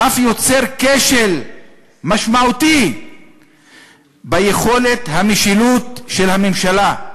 "מצב דברים זה אף יוצר כשל משמעותי ביכולת המשילות של הממשלה,